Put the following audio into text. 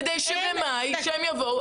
כדי שבמאי כשהם יבואו,